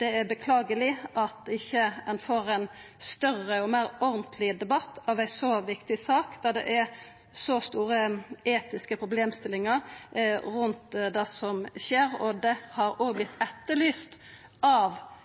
det er beklageleg at ein ikkje får ein større og meir ordentleg debatt av ei så viktig sak, der det er så store etiske problemstillingar rundt det som skjer. Det har også vorte etterlyst av